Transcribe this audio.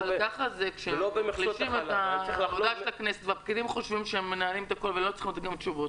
ככה זה כשהפקידים חושבים שהם מנהלים את הכל ולא צריכים לתת תשובות.